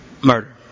Murder